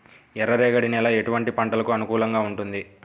ఎర్ర రేగడి నేల ఎటువంటి పంటలకు అనుకూలంగా ఉంటుంది?